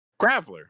Graveler